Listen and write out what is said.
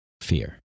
fear